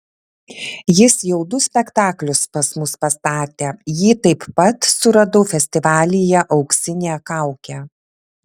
jis jau du spektaklius pas mus pastatė jį taip pat suradau festivalyje auksinė kaukė